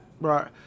Right